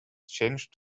changed